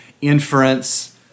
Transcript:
inference